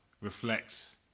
reflects